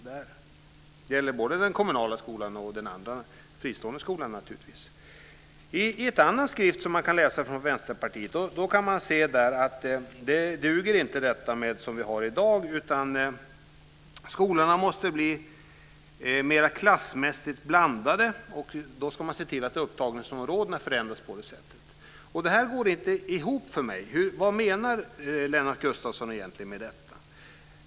Det gäller både den kommunala skolan och den fristående skolan. I en annan skrift från Vänsterpartiet kan man se att det inte duger som det är i dag. Skolorna måste bli mera klassmässigt blandade. Då ska man se till att upptagningsområdena förändras. Det går inte ihop för mig. Vad menar egentligen Lennart Gustavsson med det?